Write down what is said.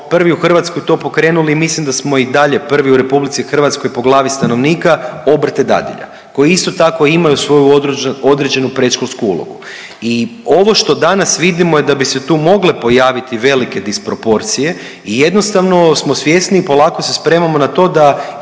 prvi u Hrvatskoj to pokrenuli, mislim da smo i dalje prvi u RH po glavi stanovnika, obrte dadilja koja isto tako imaju svoju određenu predškolsku ulogu i ovo što danas vidimo je da bi se tu mogle pojaviti velike disproporcije i jednostavno smo svjesni i polako se spremamo na to da